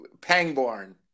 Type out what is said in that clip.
pangborn